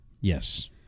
Yes